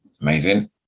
Amazing